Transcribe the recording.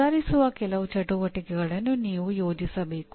ಸುಧಾರಿಸುವ ಕೆಲವು ಚಟುವಟಿಕೆಗಳನ್ನು ನೀವು ಯೋಜಿಸಬೇಕು